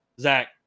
Zach